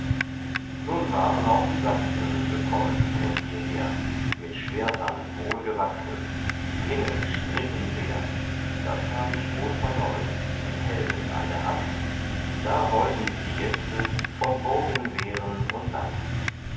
nun waren auch die sachsen gekommen und ihr heer mit schwertern wohlgewachsen die klingen schnitten sehr das hab ich wohl vernommen den helden an der hand da wollten sie die gäste von burgen wehren und land